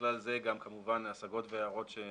ובכלל זה גם כמובן ההשגות וההערות של